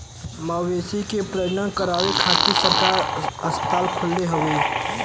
मवेशी के प्रजनन करावे खातिर सरकार अस्पताल खोलले हउवे